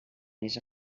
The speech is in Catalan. més